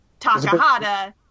Takahata